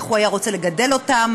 איך הוא היה רוצה לגדל אותם,